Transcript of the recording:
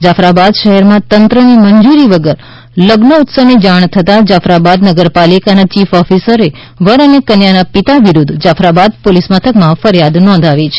જાફરાબાદ શહેરમાં તંત્રની મંજૂરી વગર લઝ્નોત્સવની જાણ થતાં જાફરાબાદ નગરપાલિકાના ચીફ ઓફિસરે વર અને કન્યાના પિતા વિરૂધ્ધ જાફરાબાદ પોલીસ મથકમાં ફરિયાદ નોંધાવી છે